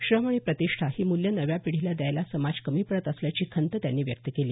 श्रम आणि प्रतिष्ठा ही मूल्यं नव्या पिढीला द्यायला समाज कमी पडत असल्याची खंतही त्यांनी व्यक्त केली